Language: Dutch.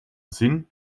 zin